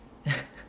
yeah